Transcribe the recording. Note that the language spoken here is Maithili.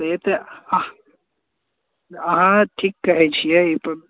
से तऽ हँ अहाँ ठीक कहै छियै